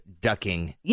ducking